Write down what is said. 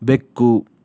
ಬೆಕ್ಕು